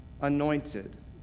anointed